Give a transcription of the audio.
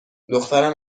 دخترم